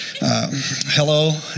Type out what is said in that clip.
Hello